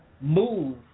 move